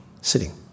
Sitting